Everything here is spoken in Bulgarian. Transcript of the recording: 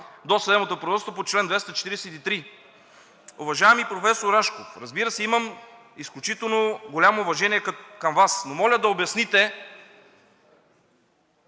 досъдебното производство по чл. 243. Уважаеми професор Рашков, разбира се, имам изключително голямо уважение към Вас, но моля да обясните